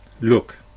Look